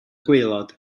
gwaelod